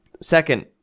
Second